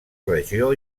regió